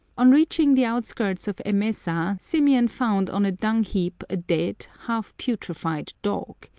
on reaching the outskirts of emesa, symeon found on a dung-heap a dead, half-putrefied dog.